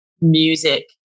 music